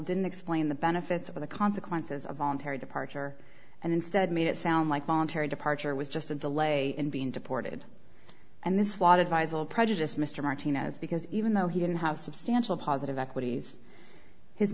didn't explain the benefits of the consequences of voluntary departure and instead made it sound like voluntary departure was just a delay in being deported and this water advisable prejudiced mr martinez because even though he didn't have substantial positive equities his